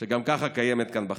שגם ככה קיימת כאן בחברה.